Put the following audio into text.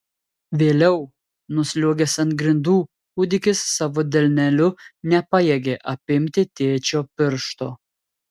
vėliau nusliuogęs ant grindų kūdikis savo delneliu nepajėgė apimti tėčio piršto